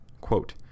Quote